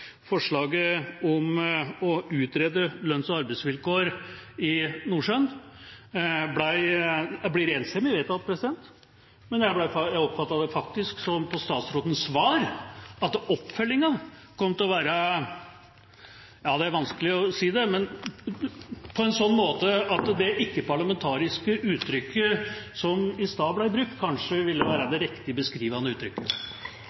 Forslaget om å utrede lønns- og arbeidsvilkår i Nordsjøen blir enstemmig vedtatt, men jeg oppfattet det faktisk sånn på statsrådens svar at oppfølgingen kom til å være – det er vanskelig å si det – på en sånn måte at det ikke-parlamentariske uttrykket som i stad ble brukt, kanskje ville være det riktige beskrivende uttrykket.